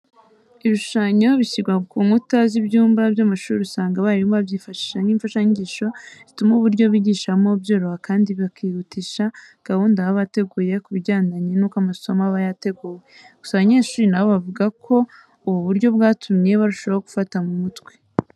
Ibishushanyo bishyirwa ku nkuta z'ibyumba by'amashuri usanga abarimu babyifashisha nk'imfashanyigisho zituma uburyo bigishamo byoroha kandi bikihutisha gahunda baba bateguye ku bigendanye nuko amasomo aba yateguwe. Gusa abanyeshuri na bo bavuga ko ubu buryo bwatumye barushaho kufata mu mutwe.